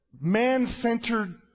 man-centered